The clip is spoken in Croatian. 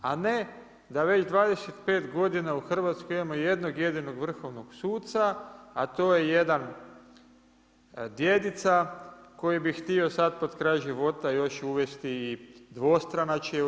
A ne, da već 25 godina u Hrvatskoj imamo jednog jedinog vrhovnog suca, a to je jedan djedica, koji bi htio sad pred kraj života uvesti i dvostranačke u RH.